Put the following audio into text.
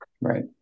Right